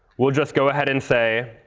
we'll just go ahead and say,